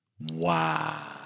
Wow